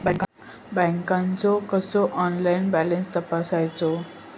बँकेचो कसो online balance तपासायचो?